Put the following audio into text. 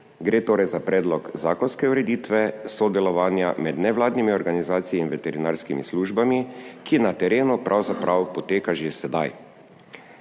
Gre torej za predlog zakonske ureditve sodelovanja med nevladnimi organizacijami in veterinarskimi službami, ki na terenu pravzaprav poteka že sedaj.